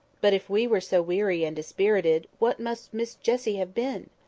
but if we were so weary and dispirited, what must miss jessie have been!